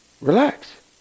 relax